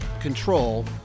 control